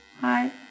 Hi